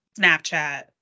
Snapchat